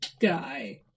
guy